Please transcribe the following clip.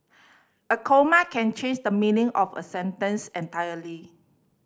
a comma can change the meaning of a sentence entirely